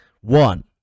One